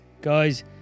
Guys